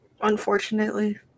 unfortunately